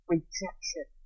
Rejection